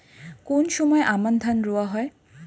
কোন সময় আমন ধান রোয়া হয়?